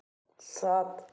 सात